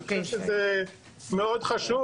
מבחינתנו, זה גם מאוד חשוב.